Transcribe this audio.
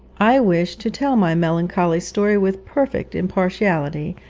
i wish to tell my melancholy story with perfect impartiality,